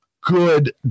good